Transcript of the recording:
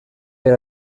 per